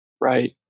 Right